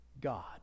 God